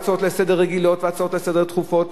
והצעות רגילות לסדר-היום,